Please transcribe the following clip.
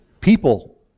People